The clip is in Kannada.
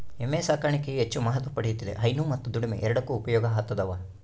ಎಮ್ಮೆ ಸಾಕಾಣಿಕೆಯು ಹೆಚ್ಚು ಮಹತ್ವ ಪಡೆಯುತ್ತಿದೆ ಹೈನು ಮತ್ತು ದುಡಿಮೆ ಎರಡಕ್ಕೂ ಉಪಯೋಗ ಆತದವ